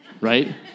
right